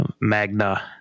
magna